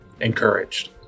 encouraged